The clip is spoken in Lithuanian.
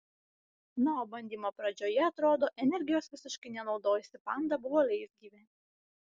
na o bandymo pradžioje atrodo energijos visiškai nenaudojusi panda buvo leisgyvė